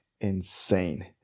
insane